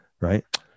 right